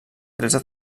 tretze